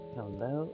Hello